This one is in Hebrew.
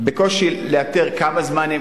בקושי לאתר כמה זמן,